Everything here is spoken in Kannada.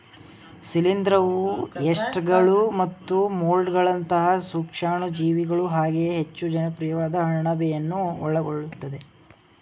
ಶಿಲೀಂಧ್ರವು ಯೀಸ್ಟ್ಗಳು ಮತ್ತು ಮೊಲ್ಡ್ಗಳಂತಹ ಸೂಕ್ಷಾಣುಜೀವಿಗಳು ಹಾಗೆಯೇ ಹೆಚ್ಚು ಜನಪ್ರಿಯವಾದ ಅಣಬೆಯನ್ನು ಒಳಗೊಳ್ಳುತ್ತದೆ